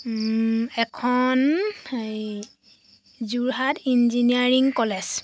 এখন এই Jorhat engineering college